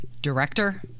director